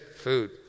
food